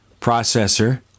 processor